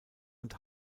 und